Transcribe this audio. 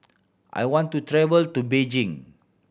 I want to travel to Beijing